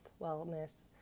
wellness